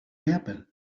happen